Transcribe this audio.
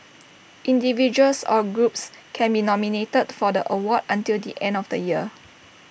individuals or groups can be nominated for the award until the end of the year